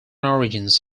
origins